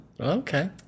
Okay